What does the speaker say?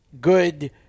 good